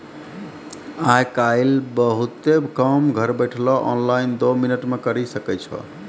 आय काइल बहुते काम घर बैठलो ऑनलाइन दो मिनट मे करी सकै छो